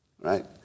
right